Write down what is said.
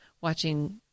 watching